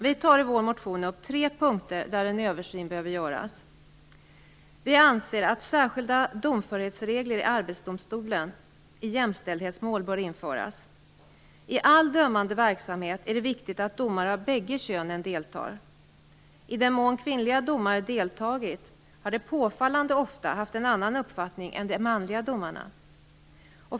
Vi tar i vår motion upp tre punkter där en översyn behöver göras. Den första punkten är att vi anser att särskilda domförhetsregler i Arbetsdomstolen i jämställdhetsmål bör införas. I all dömande verksamhet är det viktigt att domare av bägge könen deltar. I den mån kvinnliga domare har deltagit har de påfallande ofta haft en annan uppfattning än de manliga domarna.